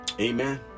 Amen